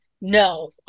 no